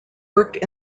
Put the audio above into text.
worked